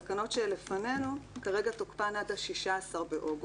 התקנות שלפנינו, כרגע תוקפן עד ה-16 באוגוסט.